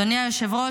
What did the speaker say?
אדוני היושב-ראש,